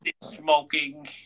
smoking